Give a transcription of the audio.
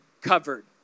covered